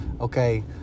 okay